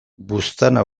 buztana